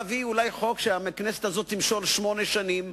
להביא חוק שהכנסת הזאת תמשול שמונה שנים,